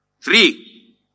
Three